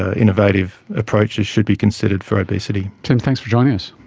ah innovative approaches should be considered for obesity. tim, thanks for joining us.